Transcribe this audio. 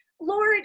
Lord